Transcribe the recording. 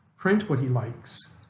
print what he likes,